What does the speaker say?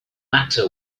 matter